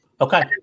okay